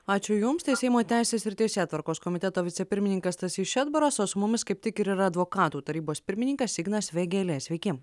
ačiū jums tai seimo teisės ir teisėtvarkos komiteto vicepirmininkas stasys šedbaras o su mumis kaip tik ir yra advokatų tarybos pirmininkas ignas vėgėlė sveiki